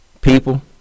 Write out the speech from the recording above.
people